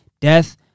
death